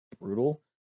brutal